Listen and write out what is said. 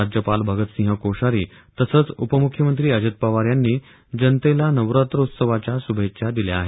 राज्यपाल भगतसिंह कोश्यारी तसंच उपमुख्यमंत्री अजित पवार यांनी जनतेला नवरात्रोत्सवाच्या शुभेच्छा दिल्या आहेत